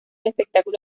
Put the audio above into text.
espectáculo